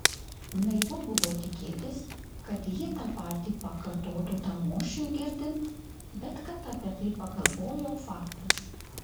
naivu buvo tikėtis kad ji tą patį pakartotų tamošiui girdint bet kad apie tai pagalvojo faktas